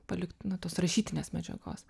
palikt na tos rašytinės medžiagos